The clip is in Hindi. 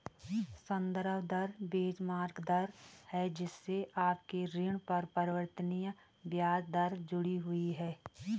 संदर्भ दर बेंचमार्क दर है जिससे आपके ऋण पर परिवर्तनीय ब्याज दर जुड़ी हुई है